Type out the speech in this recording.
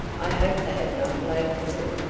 i hope they have not blamed her.